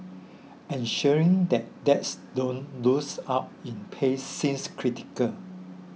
ensuring that dads don't lose out in pay seems critical